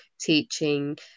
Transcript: teaching